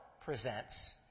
presents